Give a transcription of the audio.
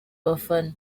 abafana